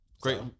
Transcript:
Great